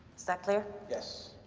so clear? yes.